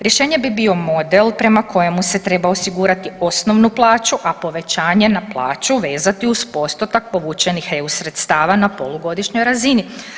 Rješenje bi bio model prema kojemu se treba osigurati osnovnu plaću, a povećanje na plaću vezati uz postotak povučenih EU sredstava na polugodišnjoj razini.